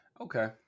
Okay